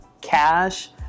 cash